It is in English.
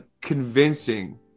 convincing